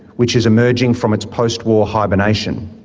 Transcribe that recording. which is emerging from its post-war hibernation.